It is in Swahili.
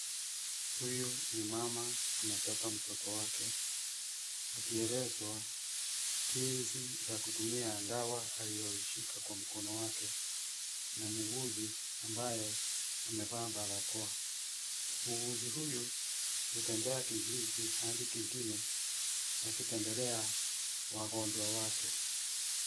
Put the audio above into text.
Huyu ni mama amebeba mtoto wake. Akielezwa, jinsi ya kutumia dawa aliyoishika kwa mkono wake, na muuguzi ambaye amevaa barakoa. Muuguzi huyu hutembea kijiji hadi kingine, akitembelea wagonjwa wake.